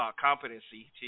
competency